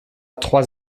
trois